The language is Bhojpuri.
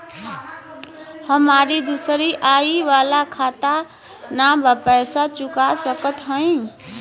हमारी दूसरी आई वाला खाता ना बा पैसा चुका सकत हई?